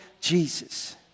Jesus